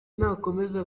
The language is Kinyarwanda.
nakomeza